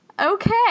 Okay